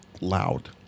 loud